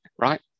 right